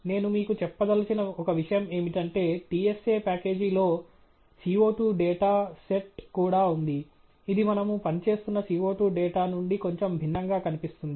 నేను మీకు చెప్పదలచిన ఒక విషయం ఏమిటంటే TSA ప్యాకేజీలో CO2 డేటా సెట్ కూడా ఉంది ఇది మనము పనిచేస్తున్న CO2 డేటా నుండి కొంచెం భిన్నంగా కనిపిస్తుంది